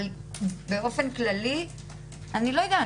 אבל באופן כללי אני לא יודעת.